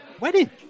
Wedding